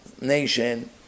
nation